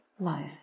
life